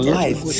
life